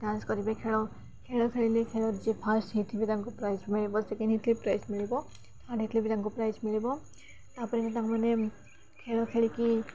dance କରିବେ ଖେଳ ଖେଳ ଖେଳିଲେ ଖେଳ ଯିଏ ଫାଷ୍ଟ ହେଇଥିଲେ ବି ତାଙ୍କୁ ପ୍ରାଇଜ୍ ମିଳିବ ସେକେଣ୍ଡ ହେଇଥିଲେ ପ୍ରାଇଜ୍ ମିଳିବ ଥାର୍ଡ଼ ହେଇଥିଲେ ବି ତାଙ୍କୁ ପ୍ରାଇଜ୍ ମିଳିବ ତା'ପରେ ତା'ମାନେ ଖେଳ ଖେଳିକି